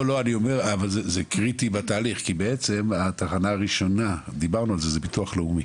אני אומר זה קריטי בתהליך כי בעצם התחנה הראשונה זו ביטוח לאומי